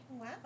Wow